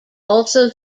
also